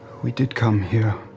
we did come here